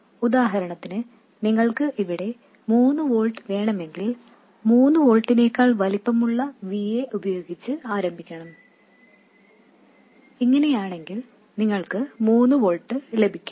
ഉദാഹരണത്തിന് നിങ്ങൾക്ക് ഇവിടെ 3 വോൾട്ട് വേണമെങ്കിൽ 3 വോൾട്ടിനേക്കാൾ വലുപ്പമുള്ള Va ഉപയോഗിച്ച് ആരംഭിക്കണം ഇങ്ങനെയാണെങ്കിൽ നിങ്ങൾക്ക് 3 വോൾട്ട് ലഭിക്കും